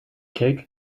cake